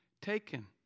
taken